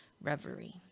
reverie